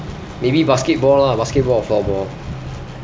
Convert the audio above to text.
maybe basketball lah basketball or floorball